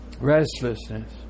restlessness